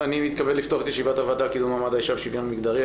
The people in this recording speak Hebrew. אני מתכבד לפתוח את ישיבת הוועדה לקידום מעמד האישה ולשוויון מגדרי.